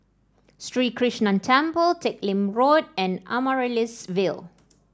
Sri Krishnan Temple Teck Lim Road and Amaryllis Ville